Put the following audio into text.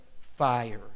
fire